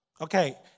Okay